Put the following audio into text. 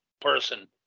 person